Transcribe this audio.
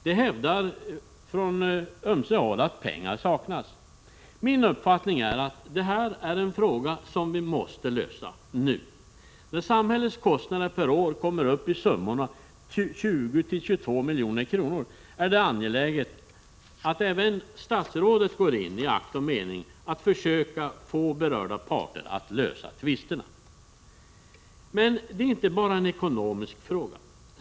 Man hävdar från ömse håll att pengar saknas. Min uppfattning är att detta är en fråga som måste lösas — nu. När samhällets kostnader per år kommer upp i summorna 20-22 milj.kr. är det angeläget att ansvarigt statsråd går in, i akt och mening att förmå berörda parter att lösa tvisterna. Men det är inte bara en ekonomisk fråga.